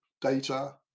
data